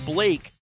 Blake